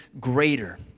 greater